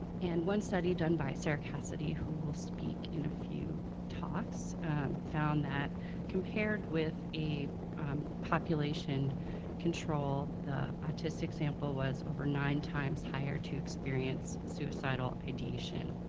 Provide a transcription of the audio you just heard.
and one study done by sarah cassidy who will speak in a few talks found that compared with a population control, the autistic sample was over nine times higher to experience suicidal ideation.